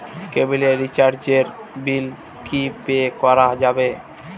কেবিলের রিচার্জের বিল কি পে করা যাবে?